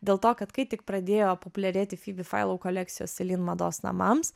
dėl to kad kai tik pradėjo populiarėti fibi failau kolekcijos celine mados namams